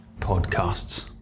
podcasts